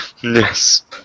Yes